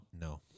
No